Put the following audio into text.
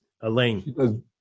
Elaine